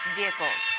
vehicles